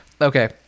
Okay